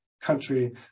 country